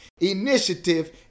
initiative